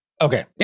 Okay